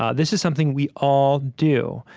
ah this is something we all do.